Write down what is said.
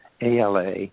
ALA